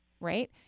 right